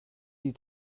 die